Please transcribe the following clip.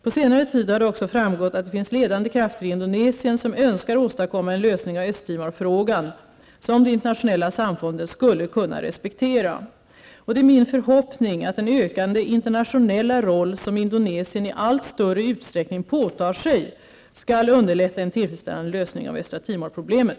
På senare tid har det också framgått att det finns ledande krafter i Indonesien som önskar åstadkomma en lösning av Östtimor-frågan som det internationella samfundet skulle kunna respektera. Det är min förhoppning att den ökande internationella roll som Indonesien i allt större utsträckning påtar sig skall underlätta en tillfredsställande lösning av Östra Timorproblemet.